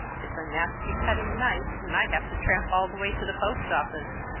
it's a nasty cutting night, and i have to tramp all the way to the post-office.